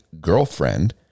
girlfriend